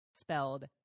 spelled